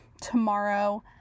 tomorrow